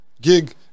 gig